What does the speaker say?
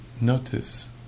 notice